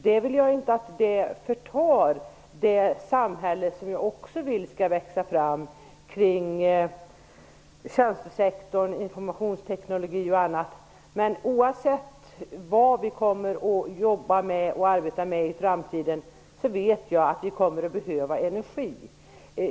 Men jag vill inte att det förtar det samhälle som jag också vill skall växa fram kring tjänstesektorn, informationsteknologin osv. Men oavsett vad vi kommer att arbeta med i framtiden vet jag att vi kommer att behöva energi.